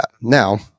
Now